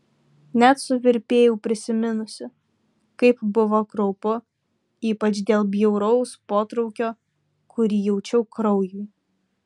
net suvirpėjau prisiminusi kaip buvo kraupu ypač dėl bjauraus potraukio kurį jaučiu kraujui